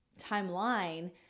timeline